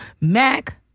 Mac